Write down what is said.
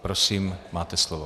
Prosím, máte slovo.